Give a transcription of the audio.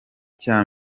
cya